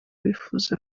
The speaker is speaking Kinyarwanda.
wifuza